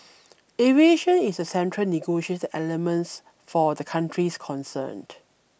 aviation is a central negotiating elements for the countries concerned